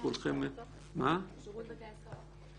שירות בתי הסוהר.